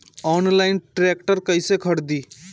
Online tractor कैसे खरदी?